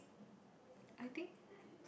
I think